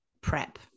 prep